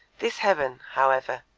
this heaven, however,